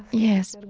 yes.